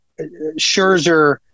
Scherzer